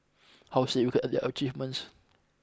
how significant are their achievements